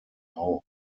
auf